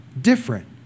different